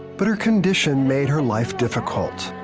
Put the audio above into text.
but her condition made her life difficult.